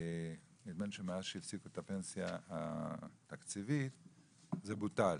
מאז שהפסיקו את הפנסיה התקציבית זה בוטל.